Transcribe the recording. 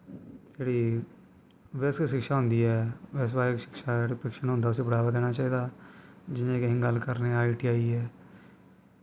जेह्ड़ी बेसिक शिक्षा होंदी ऐ शिक्षा गी बड़ावा देना चाही दा जियां कि गल्ल करने आं आई टी आई ऐ